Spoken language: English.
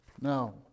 Now